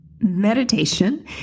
meditation